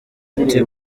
ati